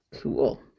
Cool